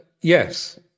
Yes